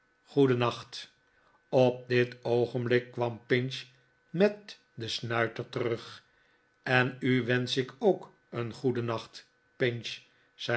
goedennaclvt op dit oogenblik kwam pinch met den snuiter terug en u wensch ik ook een goeden nacht pinch zei